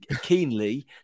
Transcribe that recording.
keenly